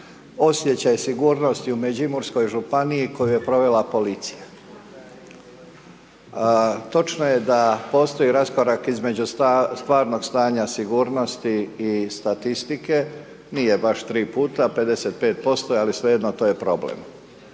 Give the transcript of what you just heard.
osjećaj sigurnosti u Međimurskoj županiji koju je provela policija. Točno je da postoji raskorak između stvarnog stanja sigurnosti i statistike, nije baš tri puta, 55% je, ali svejedno, to je problem.